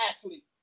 athlete